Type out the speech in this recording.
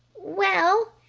well.